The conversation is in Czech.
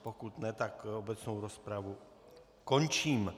Pokud ne, tak obecnou rozpravu končím.